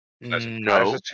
no